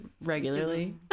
regularly